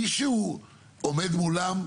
מישהו עומד מולם?